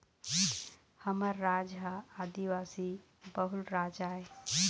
हमर राज ह आदिवासी बहुल राज आय